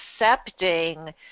accepting